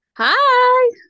hi